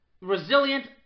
resilient